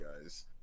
guys